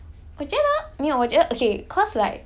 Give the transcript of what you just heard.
我觉得没有我觉得 okay cause like